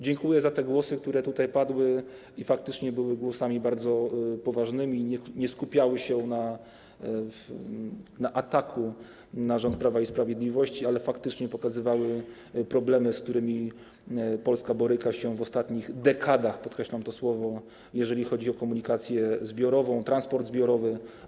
Dziękuję za te głosy, które tutaj padły i były głosami bardzo poważnymi, nie skupiały się na ataku na rząd Prawa i Sprawiedliwości, ale faktycznie pokazywały problemy, z którymi Polska boryka się w ostatnich dekadach, podkreślam to słowo, jeżeli chodzi o komunikację zbiorową, transport zbiorowy.